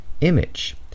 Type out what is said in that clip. image